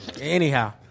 Anyhow